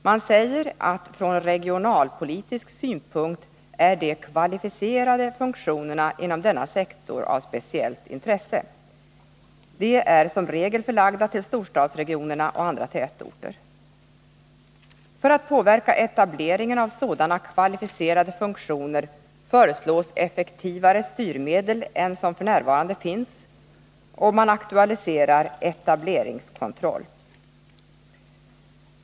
Man säger att från regionalpolitisk synpunkt är de kvalificerade funktionerna inom denna sektor av speciellt intresse. De är som regel förlagda till storstadsregionerna och andra tätorter. För att påverka etableringen av sådana kvalificerade funktioner föreslås ”effektivare styrmedel” än som f.n. finns, och man aktualiserar etableringskontroll.